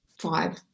five